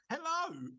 Hello